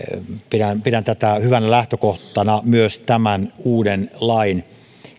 pidän pidän tätä hyvänä lähtökohtana myös tämän uuden lain